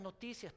noticias